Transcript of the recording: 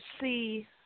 see